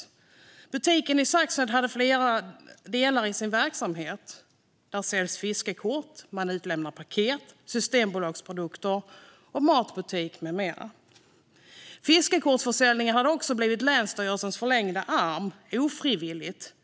Butiken i Saxnäs har flera delar i sin verksamhet. Där säljer man fiskekort, lämnar ut paket och systembolagsprodukter och fungerar som matbutik med mera. Fiskekortsförsäljningen hade också blivit länsstyrelsens förlängda arm, ofrivilligt.